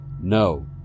No